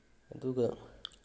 ꯑꯗꯨꯒ